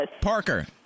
Parker